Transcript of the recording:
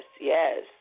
Yes